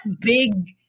Big